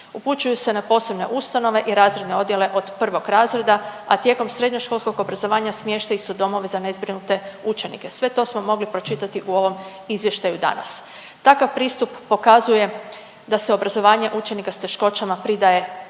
Upućuju se na posebne ustanove i razredne odjele od prvog razreda, a tijekom srednjoškolskog obrazovanja smješta ih se u domove za nezbrinute učenike. Sve to smo mogli pročitati u ovom izvještaju danas. Takav pristup pokazuje da se obrazovanje učenika s teškoćama pridaje premali